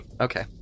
Okay